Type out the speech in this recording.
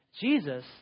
Jesus